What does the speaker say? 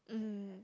mmhmm